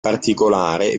particolare